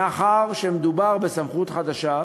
מאחר שמדובר בסמכות חדשה,